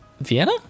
Vienna